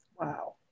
Wow